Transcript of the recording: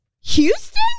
Houston